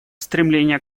стремление